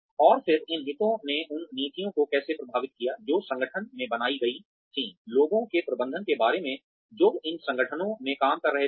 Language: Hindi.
और फिर इन हितों ने उन नीतियों को कैसे प्रभावित किया जो संगठन में बनाई गई थीं लोगों के प्रबंधन के बारे में जो इन संगठनों में काम कर रहे थे